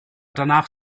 danach